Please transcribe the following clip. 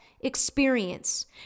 experience